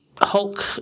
Hulk